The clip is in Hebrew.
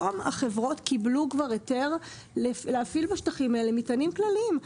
היום החברות קיבלו היתר להפעיל בשטחים הללו מטענים כלליים.